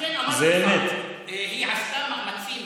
לכן אמרתי לך: היא עשתה מאמצים